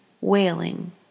wailing